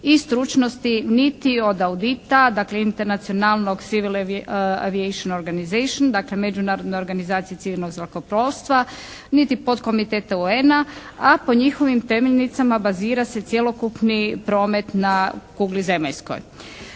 i stručnosti niti od AUDIT-a, dakle internacionalnog civil aviation organization, dakle Međunarodne organizacije civilnog zrakoplovstva niti podkomiteta UN-a a po njihovim temeljnicama bazira se cjelokupni promet na kugli zemaljskoj.